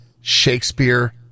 Shakespeare